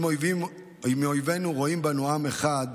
אם אויבינו רואים בנו עם אחד,